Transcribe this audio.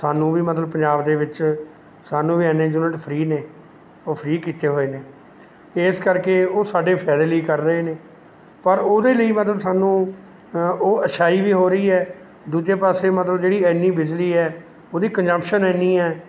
ਸਾਨੂੰ ਵੀ ਮਤਲਬ ਪੰਜਾਬ ਦੇ ਵਿੱਚ ਸਾਨੂੰ ਵੀ ਇੰਨੇ ਯੂਨਿਟ ਫ੍ਰੀ ਨੇ ਉਹ ਫ੍ਰੀ ਕੀਤੇ ਹੋਏ ਨੇ ਇਸ ਕਰਕੇ ਉਹ ਸਾਡੇ ਫਾਇਦੇ ਲਈ ਕਰ ਰਹੇ ਨੇ ਪਰ ਉਹਦੇ ਲਈ ਮਤਲਬ ਸਾਨੂੰ ਉਹ ਅੱਛਾਈ ਵੀ ਹੋ ਰਹੀ ਹੈ ਦੂਜੇ ਪਾਸੇ ਮਤਲਬ ਜਿਹੜੀ ਇੰਨੀ ਬਿਜਲੀ ਹੈ ਉਹਦੀ ਕੰਜਪਸ਼ਨ ਇੰਨੀ ਹੈ